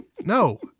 No